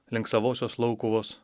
link savosios laukuvos